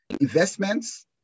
investments